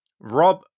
rob